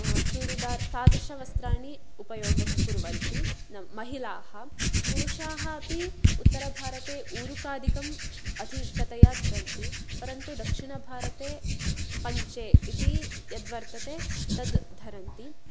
चूडिदार् तादृशवस्त्राणि उपयोगं कुर्वन्ति महिलाः पुरुषाः अपि उत्तरभारते ऊरुकादिकम् अधिकतया धरन्ति परन्तु दक्षिणभारते पञ्चे इति यद्वर्तते तद्धरन्ति